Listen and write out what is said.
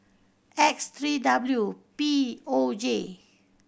X three W P O J